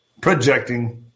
projecting